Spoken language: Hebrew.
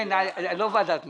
לא בוועדת משנה.